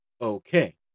okay